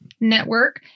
network